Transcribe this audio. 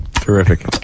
Terrific